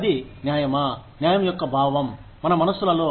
అది న్యాయము న్యాయం యొక్క భావం మన మనస్సులలో